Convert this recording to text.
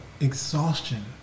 exhaustion